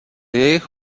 jejich